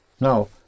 now